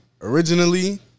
Originally